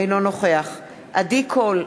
אינו נוכח עדי קול,